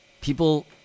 People